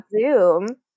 zoom